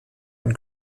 and